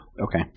Okay